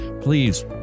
please